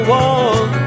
one